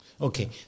Okay